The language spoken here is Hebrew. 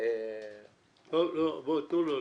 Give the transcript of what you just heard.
אני